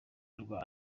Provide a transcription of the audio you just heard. rwa